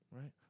right